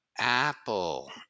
apple